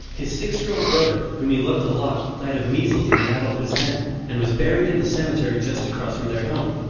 his six-year-old brother, whom he loved a lot, died of measles when adolph was ten and was buried in the cemetery just across from their home.